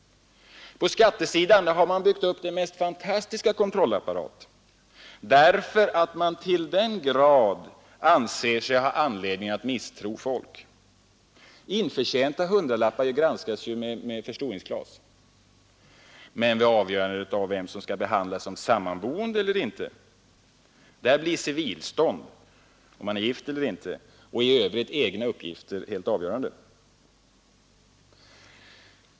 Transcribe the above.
På skattesidan har man byggt upp den mest fantastiska kontrollapparat, därför att man till den grad anser sig ha anledning att misstro folk. Införtjänta hundralappar granskas ju med förstoringsglas. Men vid avgörandet om vem som skall behandlas som sammanboende blir civilstånd — om man är gift eller inte — och i övrigt egna uppgifter helt avgörande.